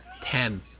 Ten